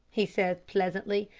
he said pleasantly.